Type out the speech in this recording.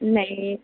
नहीं